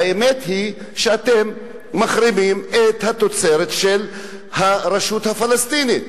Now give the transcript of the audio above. והאמת היא שאתם מחרימים את התוצרת של הרשות הפלסטינית.